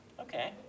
Okay